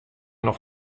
noch